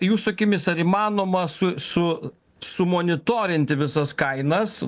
jūsų akimis ar įmanoma su su sumonitorinti visas kainas